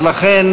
לכן,